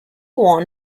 won